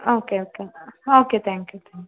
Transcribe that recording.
okay ஓகேங்க okay thank you thank you